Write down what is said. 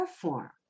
perform